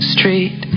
Street